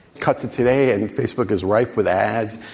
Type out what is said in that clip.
cut to today, and facebook is rife with ads.